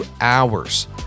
hours